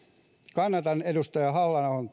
kannatan edustaja halla ahon